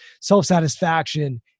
self-satisfaction